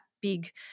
big